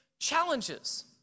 challenges